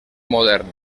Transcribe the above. modern